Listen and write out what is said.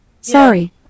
Sorry